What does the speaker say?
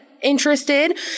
interested